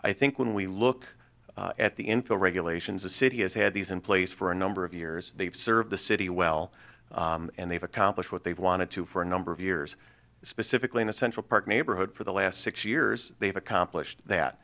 i think when we look at the infill regulations the city has had these in place for a number of years they've served the city well and they've accomplished what they've wanted to for a number of years specifically in a central park neighborhood for the last six years they've accomplished that